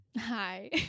Hi